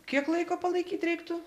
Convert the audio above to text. kiek laiko palaikyt reiktų